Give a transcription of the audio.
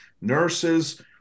nurses